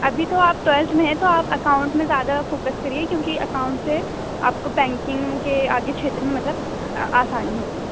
अभी तो आप ट्वेल्थ में हैं तो आप अकाउंट में ज्यादा फोकस करिए क्योंकि अकाउंट से आपको बैंकिंग के आगे क्षेत्र में मतलब अ आसानी होगी